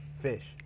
Fish